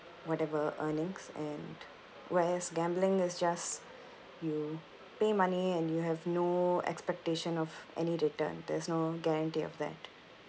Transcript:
whatever earnings and whereas gambling is just you pay money and you have no expectation of any return there's no guarantee of that